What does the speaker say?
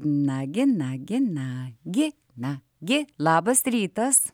nagi nagi na gi na gi labas rytas